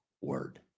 word